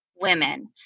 Women